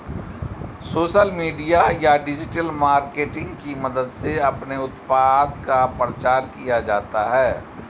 social media या digital marketing की मदद से अपने उत्पाद का प्रचार किया जाता है